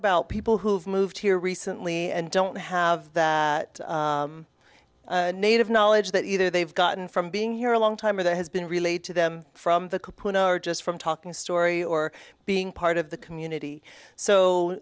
about people who've moved here recently and don't have the native knowledge that either they've gotten from being here a long time or there has been relayed to them from the caput just from talking a story or being part of the community so